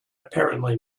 apparently